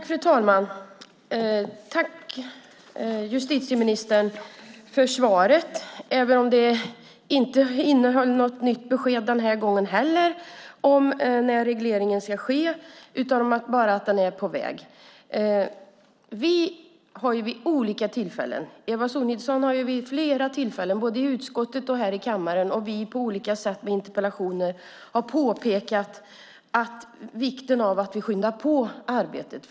Fru talman! Tack, justitieministern, för svaret, även om det inte heller den här gången innehöll något besked om när regleringen ska ske utan bara om att den är på väg. Vi har vid olika tillfällen debatterat detta. Eva Sonidsson har tagit upp det vid flera tillfällen både i utskottet och i kammaren, och i interpellationer har vi på olika sätt påpekat vikten av att vi skyndar på arbetet.